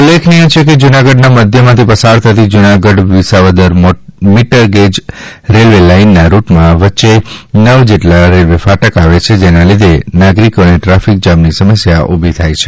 ઉલ્લેખનીય છે કે જુનાગઢના મધ્યમાંથી પસાર થતી જુનાગઢ વિસાવદર મીટરગેજ રેલવે લાઈનના રૂટમાં વચ્ચે નવ જેટલા રેલવે ફાટક આવે છે જેના લીધે નાગરિકોને ટ્રાફિક જામની સમસ્યા ઉભી થાય છે